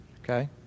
okay